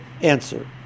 answer